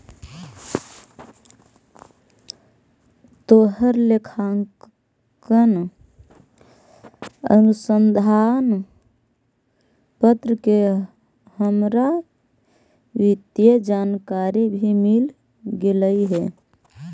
तोहर लेखांकन अनुसंधान पत्र से हमरा वित्तीय जानकारी भी मिल गेलई हे